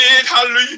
hallelujah